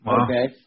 Okay